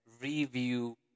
review